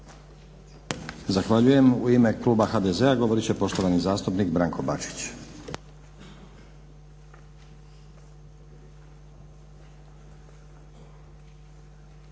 Zahvaljujem. U ime kluba HDZ-a govorit će poštovani zastupnik Branko Bačić.